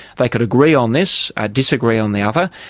they could agree on this, disagree on the other.